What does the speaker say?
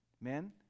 Men